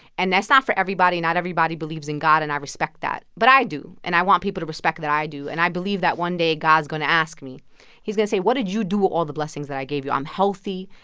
and that's not for everybody. not everybody believes in god. and i respect that. but i do, and i want people to respect that i do. and i believe that one day god's going to ask me he's going to say, what did you do with all the blessings that i gave you? i'm healthy.